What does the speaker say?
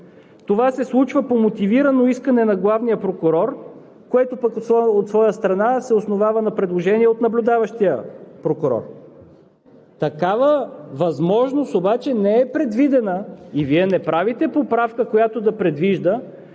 Това се случва по мотивирано искане на главния прокурор, което от своя страна се основава на предложение от наблюдаващия прокурор. Такава възможност обаче не е предвидена и Вие не правите поправка, която да предвижда,